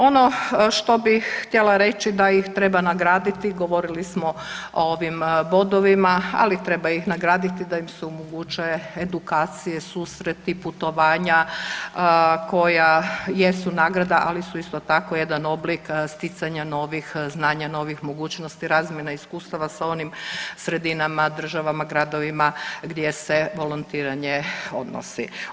Ono što bih htjela reći da ih treba nagraditi, govorili smo o ovim bodovima, ali treba ih nagraditi da im se omogućuje edukacije, susreti, putovanja koja jesu nagrada, ali su isto tako, jedan oblik sticanja novih znanja, novih mogućnosti, razmjena iskustava sa onim sredinama, državama, gradovima, gdje se volontiranje odnosi.